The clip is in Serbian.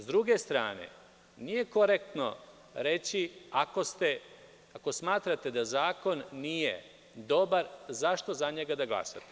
S druge strane, nije korektno reći – ako smatrate da zakon nije dobar, zašto za njega da glasate.